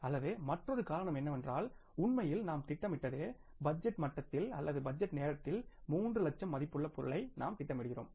அல்லது மற்றொரு காரணம் என்னவென்றால் உண்மையில் நாம் திட்டமிட்டது பட்ஜெட் மட்டத்தில் அல்லது பட்ஜெட் நேரத்தில் 3 லட்சம் மதிப்புள்ள பொருளை நாம் திட்டமிடுகிறோம்